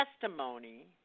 testimony